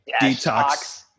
Detox